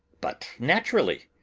but naturally,